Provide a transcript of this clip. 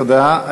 תודה.